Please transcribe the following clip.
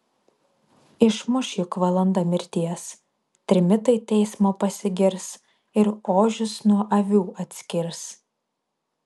išmuš juk valanda mirties trimitai teismo pasigirs ir ožius nuo avių atskirs